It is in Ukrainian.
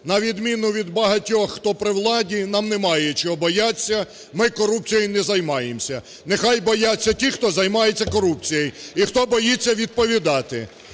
На відміну від багатьох, хто при владі, нам немає чого бояться, ми корупцією не займаємося, нехай бояться ті, хто займається корупцією і хто боїться відповідати.